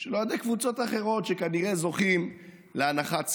של אוהדי קבוצות אחרות, שכנראה זוכים להנחת סלב.